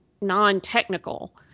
non-technical